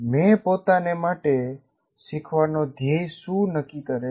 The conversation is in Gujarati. મેં પોતાને માટે શીખવાનો ધ્યેય શું નક્કી કરેલ છે